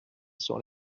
sur